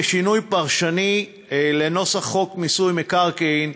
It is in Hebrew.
בשינוי פרשני לנוסח חוק מיסוי מקרקעין,